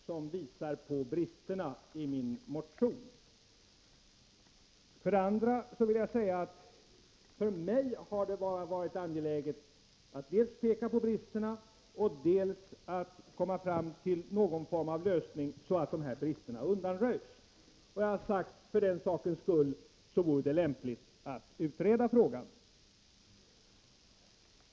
Herr talman! Jag har faktiskt gett exempel på brister i min egen motion. För mig har det varit viktigt att dels peka på bristerna i överförmyndarorganisationen, dels försöka komma fram till till en lösning som gör att dessa brister undanröjs. För den sakens skull, har jag sagt, vore det lämpligt att utreda frågan.